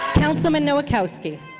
councilman nowakowski